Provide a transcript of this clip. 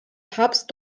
papst